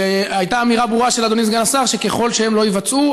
והייתה אמירה ברורה של אדוני סגן השר שככל שהם לא יבצעו,